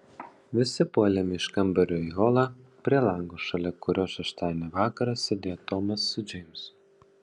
visi puolėme iš kambario į holą prie lango šalia kurio šeštadienio vakarą sėdėjo tomas su džeimsu